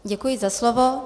Děkuji za slovo.